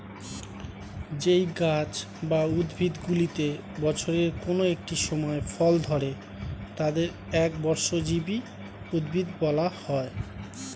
যেই গাছ বা উদ্ভিদগুলিতে বছরের কোন একটি সময় ফল ধরে তাদের একবর্ষজীবী উদ্ভিদ বলা হয়